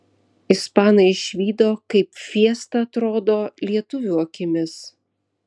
ispanai išvydo kaip fiesta atrodo lietuvių akimis